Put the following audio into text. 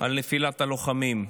על נפילת הלוחמים.